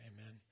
amen